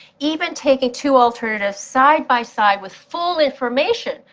even taking two alternatives side by side with full information,